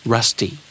Rusty